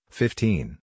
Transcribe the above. fifteen